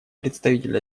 представитель